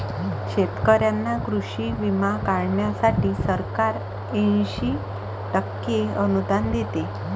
शेतकऱ्यांना कृषी विमा काढण्यासाठी सरकार ऐंशी टक्के अनुदान देते